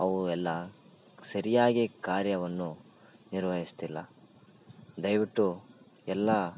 ಅವು ಎಲ್ಲ ಸರಿಯಾಗಿ ಕಾರ್ಯವನ್ನು ನಿರ್ವಹಿಸ್ತಿಲ್ಲ ದಯವಿಟ್ಟು ಎಲ್ಲ